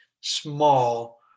small